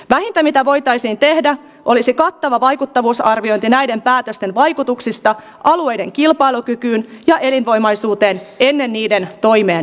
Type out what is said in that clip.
vähintä mitä voitaisiin tehdä olisi kattava vaikuttavuusarviointi näiden päätösten vaikutuksista alueiden kilpailukykyyn ja elinvoimaisuuteen ennen niiden toimeenpanoa